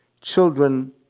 Children